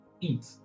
eat